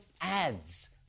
ads